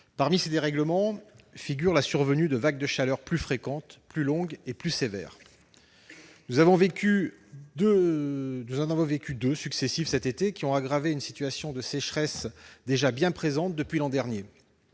Parmi ces dérèglements figure la survenue de vagues de chaleur plus fréquentes, plus longues et plus sévères. Nous en avons vécu deux successives cet été, qui ont aggravé une situation de sécheresse déjà bien présente depuis l'an dernier.